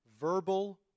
verbal